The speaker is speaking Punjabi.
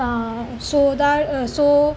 ਤਾਂ ਸੋ ਦੈ ਅ ਸੋ